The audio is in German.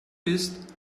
bist